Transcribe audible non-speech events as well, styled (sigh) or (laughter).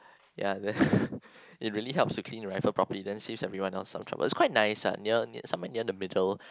ya (laughs) it really helps to clean the rifle properly then saves everyone ese some trouble it's quite nice ah near near some where near the middle